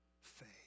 faith